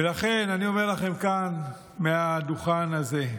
ולכן אני אומר לכם כאן, מהדוכן הזה: